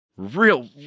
Real